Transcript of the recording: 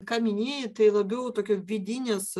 ką minėjai tai labiau tokio vidinės